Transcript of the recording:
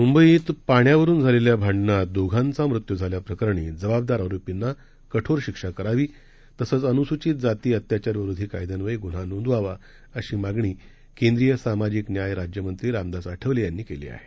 म्बईत पाण्यावरुन झालेल्या भांडणात दोघांचा मृत्यू झाल्याप्रकरणीजबाबदारआरोपींनाकठोरशिक्षाकरावी तसंचअन्सूचितजातीअत्याचारविरोधीकायद्यान्वयेग्न्हानोंदवावा अशीमागणीकेंद्रीयसामाजिकन्यायराज्यमंत्रीरामदासआठवलेयांनीकेलीआहे